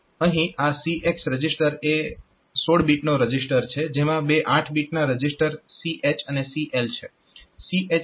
અહીં આ CX register એ 16 બીટ રજીસ્ટર છે જેમાં બે 8 બીટના રજીસ્ટર CH અને CL છે